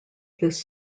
this